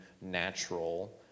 natural